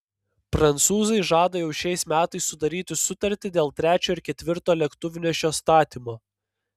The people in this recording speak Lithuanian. prancūzai žada jau šiais metais sudaryti sutartį dėl trečio ir ketvirto lėktuvnešio statymo